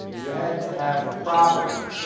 you had to have property.